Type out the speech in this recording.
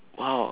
!wow!